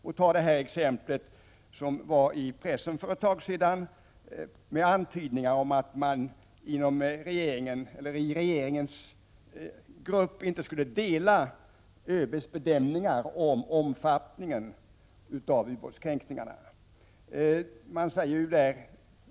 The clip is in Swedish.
Och ta exemplet som var i pressen för ett tag sedan med antydningar om att regeringens grupp inte skulle dela ÖB:s bedömningar av ubåtskränkningarnas omfattning.